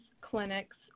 Clinics